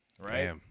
right